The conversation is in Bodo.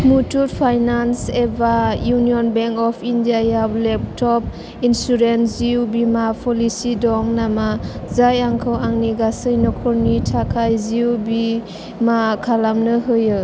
मुथुट फाइनान्स एबा इउनियन बेंक अफ इन्डिया आव लेपट'प इन्सुरेन्सनि जिउ बीमा प'लिसि दं नामा जाय आंखौ आंनि गासै न'खरनि थाखाय जिउ बीमा खालामनो होयो